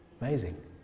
Amazing